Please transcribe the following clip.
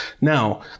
Now